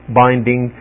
binding